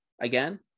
again